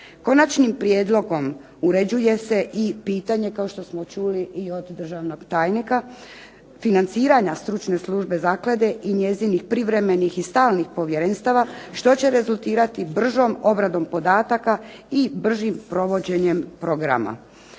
Konačnim prijedlogom uređuje se i pitanje, kao što smo čuli i od državnog tajnika, financiranja stručne službe zaklade i njezinih privremenih i stalnih povjerenstava što će rezultirati bržom obradom podataka i bržim provođenjem programa.